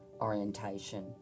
orientation